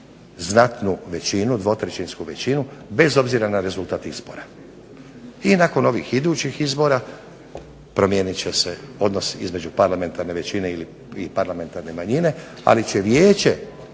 znatnu većinu, dvotrećinsku većinu, bez obzira na rezultat izbora. I nakon ovih idućih izbora promijenit će se odnos između parlamentarne većine i parlamentarne manjine, ali će Vijeće